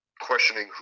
questioning